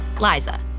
Liza